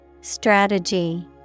Strategy